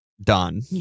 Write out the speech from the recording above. done